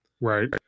Right